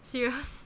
serious